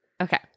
Okay